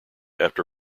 after